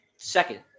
Second